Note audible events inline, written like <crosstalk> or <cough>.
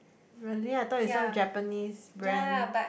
really I thought is some Japanese brand <noise>